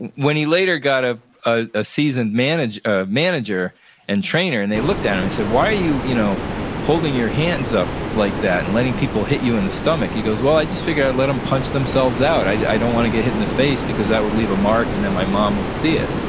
when he later got ah ah a seasoned manager ah manager and trainer and they looked at him and said, why are you you know holding your hands up like that and letting people hit you in the stomach? he goes, well, i just figure i'd let them punch themselves out. i don't want to get hit in the face because that would leave a mark, and then my mom would see it.